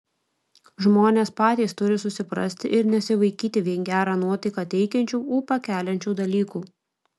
žmonės patys turi susiprasti ir nesivaikyti vien gerą nuotaiką teikiančių ūpą keliančių dalykų